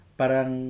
parang